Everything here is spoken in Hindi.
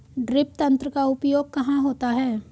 ड्रिप तंत्र का उपयोग कहाँ होता है?